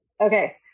Okay